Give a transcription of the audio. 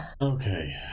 Okay